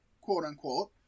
quote-unquote